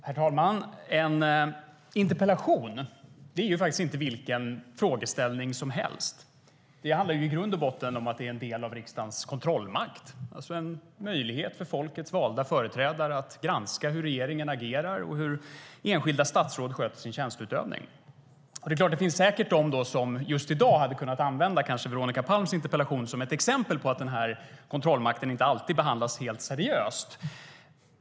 Herr talman! En interpellation är faktiskt inte vilken frågeställning som helst. Det handlar i grund och botten om att det är en del av riksdagens kontrollmakt. Det är alltså en möjlighet för folkets valda företrädare att granska hur regeringen agerar och hur enskilda statsråd sköter sin tjänsteutövning. Det finns säkert de som just i dag kanske hade kunnat använda Veronica Palms interpellation som ett exempel på att den här kontrollmakten inte alltid behandlas helt seriöst.